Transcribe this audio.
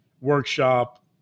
workshop